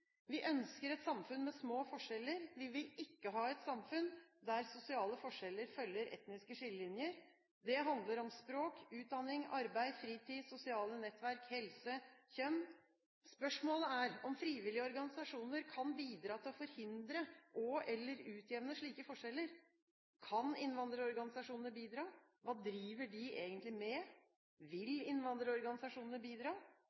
Vi ønsker et samfunn med små forskjeller. Vi vil ikke ha et samfunn der sosiale forskjeller følger etniske skillelinjer. Det handler om språk, utdanning, arbeid, fritid, sosiale nettverk, helse og kjønn. Spørsmålet er om frivillige organisasjoner kan bidra til å forhindre og/eller utjevne slike forskjeller. Kan innvandrerorganisasjonene bidra? Hva driver de egentlig med? Vil innvandrerorganisasjonene bidra?